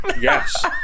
Yes